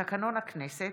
לתקנון הכנסת